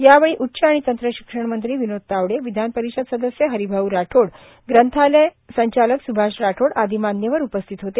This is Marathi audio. यावेळी उच्च आणि तंत्र शिक्षण मंत्री विनोद तावडे विधानपरिषद सदस्य हरिभाऊ राठोड ग्रंथालय संचालक स्भाष राठोड आदी मान्यवर उपस्थित होते